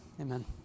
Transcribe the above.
Amen